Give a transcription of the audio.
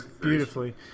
beautifully